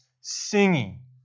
singing